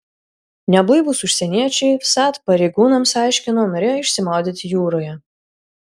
neblaivūs užsieniečiai vsat pareigūnams aiškino norėję išsimaudyti jūroje